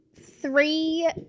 three